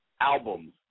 Album